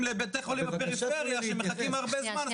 לבתי חולים בפריפריה שמחכים הרבה זמן.